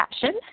passion